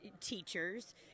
teachers